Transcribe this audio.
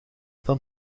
dan